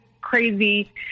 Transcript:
crazy